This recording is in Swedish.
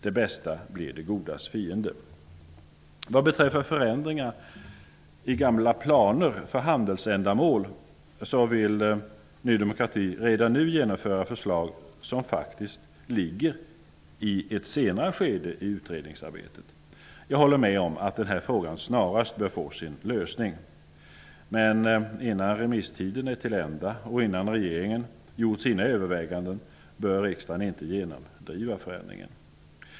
Det bästa blir det godas fiende. Förändringar i gamla planer för handelsändamål vill Ny demokrati genomföra redan nu, men det är någonting som ligger i ett senare skede i utredningsarbetet. Jag håller med om att frågan snarast bör få sin lösning. Men innan remisstiden är till ända och innan regeringen gjort sina överväganden bör riksdagen inte genomdriva några förändringar.